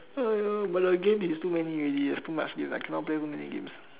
but the game is too many already there's too much games I cannot play so many games